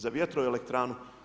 Za vjetroelektranu?